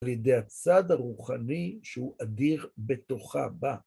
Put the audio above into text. על ידי הצד הרוחני שהוא אדיר בתוכה בה.